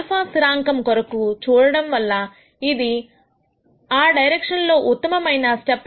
స్థిరాంకం కొరకు చూడడం వలన ఇది ఆ డైరెక్షన్ లో ఉత్తమమైన స్టెప్ లెన్త్